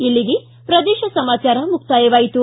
ಇಲ್ಲಿಗೆ ಪ್ರದೇಶ ಸಮಾಚಾರ ಮುಕ್ತಾಯವಾಯಿತು